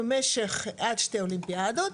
במשך עד שתי אולימפיאדות,